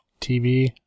TV